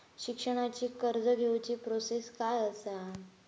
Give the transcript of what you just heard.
शिक्षणाची कर्ज घेऊची प्रोसेस काय असा?